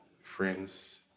friends